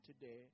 today